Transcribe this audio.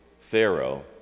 Pharaoh